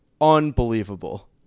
unbelievable